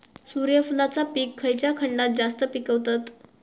सूर्यफूलाचा पीक खयच्या खंडात जास्त पिकवतत?